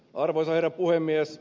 arvoisa herra puhemies